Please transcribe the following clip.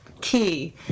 key